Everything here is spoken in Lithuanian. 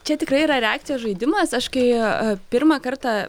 čia tikrai yra reakcijos žaidimas aš kai pirmą kartą